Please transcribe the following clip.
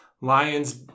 lions